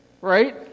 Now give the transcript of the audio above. right